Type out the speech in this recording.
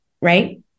Right